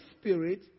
Spirit